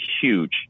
huge